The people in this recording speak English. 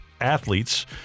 athletes